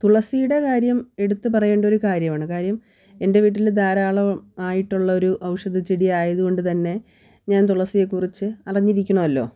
തുളസിയുടെ കാര്യം എടുത്ത് പറയേണ്ട ഒരു കാര്യാവാണ് കാര്യം എൻ്റെ വീട്ടിൽ ധാരാളം ആയിട്ടുള്ളൊരു ഔഷധച്ചെടിയായത് കൊണ്ട് തന്നെ ഞാൻ തുളസിയെ കുറിച്ച് അറിഞ്ഞിരിക്കണമല്ലോ